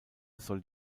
soll